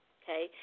okay